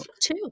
Two